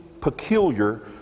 peculiar